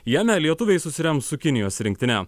jame lietuviai susirems su kinijos rinktine